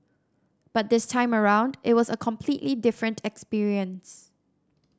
but this time around it was a completely different experience